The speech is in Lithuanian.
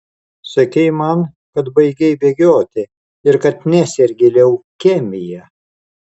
sakei man kad baigei bėgioti ir kad nesergi leukemija